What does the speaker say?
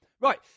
Right